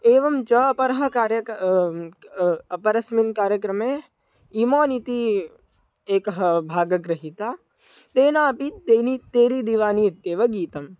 एवं च अपरः कार्यक्रमः अपरस्मिन् कार्यक्रमे इमोन् इति एकः भागगृहीता तेनापि तेन तेरी दिवानी इत्येव गीतम्